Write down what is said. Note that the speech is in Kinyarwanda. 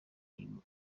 ingufu